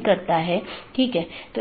protocol है